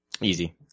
Easy